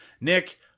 Nick